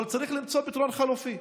אבל צריך למצוא פתרון חלופי.